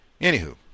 Anywho